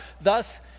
Thus